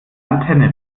antenne